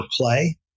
play